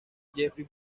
jeffrey